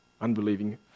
unbelieving